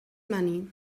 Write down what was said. money